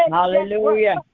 Hallelujah